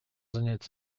занять